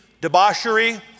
debauchery